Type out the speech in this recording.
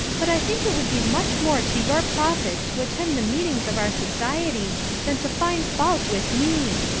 but i think it would be much more to your profit to attend the meetings of our society than to find fault with me.